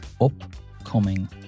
upcoming